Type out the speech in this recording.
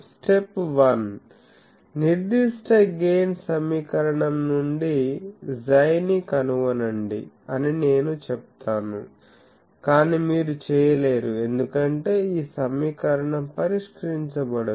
step 1 నిర్దిష్ట gain సమీకరణం నుండి 𝝌 ని కనుగొనండి అని నేను చెప్తాను కాని మీరు చేయలేరు ఎందుకంటే ఈ సమీకరణం పరిష్కరించబడదు